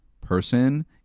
person